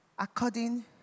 According